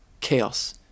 chaos